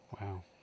Wow